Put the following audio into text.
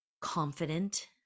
confident